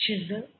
chisel